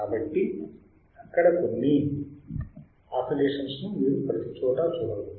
కాబట్టి అక్కడ కొన్ని ఆసిలేషన్స్ ను మీరు ప్రతీ చోటా చూడవచ్చు